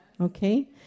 Okay